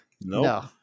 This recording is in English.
No